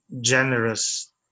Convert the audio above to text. generous